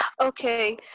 Okay